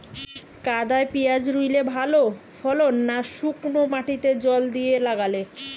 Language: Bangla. কাদায় পেঁয়াজ রুইলে ভালো ফলন না শুক্নো মাটিতে জল দিয়ে লাগালে?